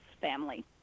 family